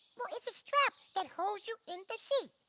well it's a strap that holds you in the seat.